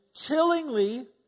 chillingly